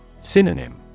Synonym